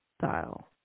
dial